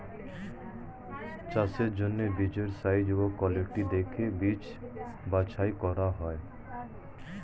চাষের জন্য বীজের সাইজ ও কোয়ালিটি দেখে বীজ বাছাই করা হয়